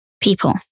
people